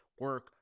Work